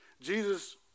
Jesus